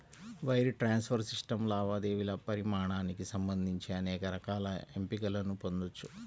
wire transfer system లావాదేవీల పరిమాణానికి సంబంధించి అనేక రకాల ఎంపికలను పొందొచ్చు